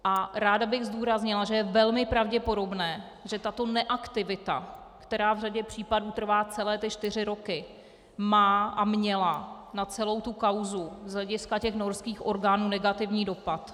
A ráda bych zdůraznila, že je velmi pravděpodobné, že tato neaktivita, která v řadě případů trvá celé ty čtyři roky, má a měla na celou tu kauzu z hlediska norských orgánů negativní dopad.